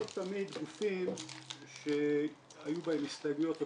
לא תמיד גופים שהיו בהם הסתייגויות וכו'